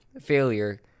failure